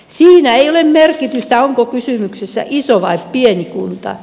siinä ei ole merkitystä onko kysymyksessä iso vai pieni kunta